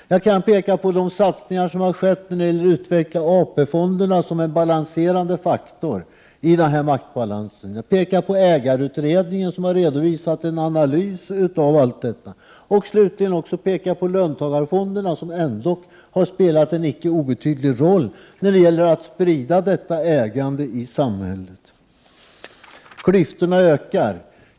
Jag kan peka på de satsningar som har skett när det gäller utvecklingen av AP-fonderna, som en balanserande faktor i maktbalansen, och ägarutredningen som har redovisat en analys om allt detta. Jag kan slutligen också peka på löntagarfonderna som ändock har spelat en icke obetydlig roll när det gäller att sprida ägandet i samhället. Klyftorna ökar.